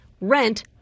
Rent